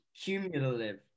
Cumulative